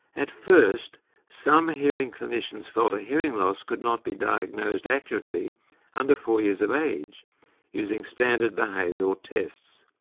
at first some hearing clinicians felt a hearing loss could not be diagnosed accurately under four years of age using standard behavioural tests.